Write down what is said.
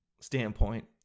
standpoint